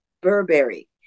burberry